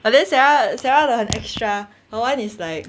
but then sarah sarah 的很 extra her [one] is like